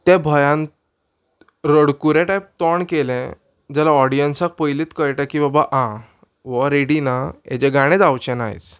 त्या भंयान रडकुरे टायप तोंड केलें जाल्यार ऑडियन्साक पयलींच कळटा की बाबा आं हो रेडी ना हेजे गाणें जावचें ना आयज